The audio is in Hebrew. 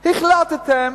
החלטתם,